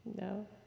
No